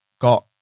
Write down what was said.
got